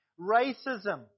racism